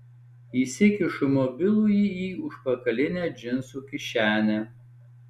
įsikišu mobilųjį į užpakalinę džinsų kišenę